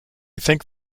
think